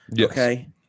Okay